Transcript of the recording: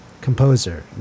Composer